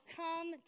come